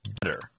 better